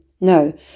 No